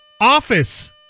office